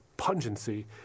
pungency